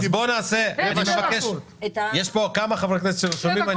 יש כאן כמה חברי כנסת שרשומים.